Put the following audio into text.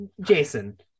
jason